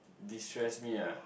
destress me ah